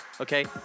okay